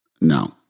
No